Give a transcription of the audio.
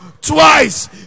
twice